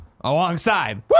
alongside